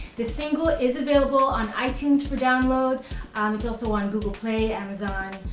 the single is available on itunes for download. um it's also on google play, amazon,